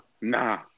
Nah